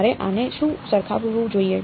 મારે આને શું સરખાવવું જોઈએ